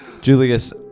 julius